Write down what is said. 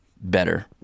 better